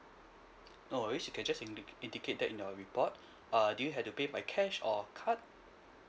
no worries you can just indi~ indicate that in your report err did you had to pay by cash or card